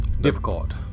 Difficult